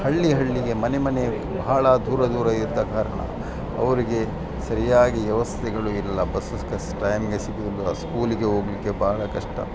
ಹಳ್ಳಿ ಹಳ್ಳಿಗೆ ಮನೆ ಮನೆ ಬಹಳ ದೂರ ದೂರ ಇದ್ದ ಕಾರಣ ಅವರಿಗೆ ಸರಿಯಾಗಿ ವ್ಯವಸ್ಥೆಗಳು ಇಲ್ಲ ಬಸ್ ಕಸ್ ಟ್ಯಾಮಿಗೆ ಸಿಗೋದಿಲ್ಲ ಸ್ಕೂಲಿಗೆ ಹೋಗ್ಲಿಕ್ಕೆ ಬಹಳ ಕಷ್ಟ